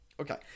Okay